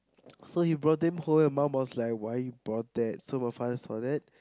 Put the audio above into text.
so he brought them home my mum was like why you brought that so my father saw that